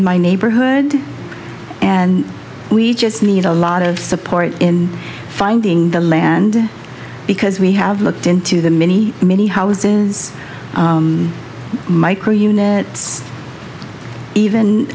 in my neighborhood and we just need a lot of support in finding the land because we have looked into the many many houses micro units even